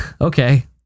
okay